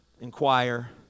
inquire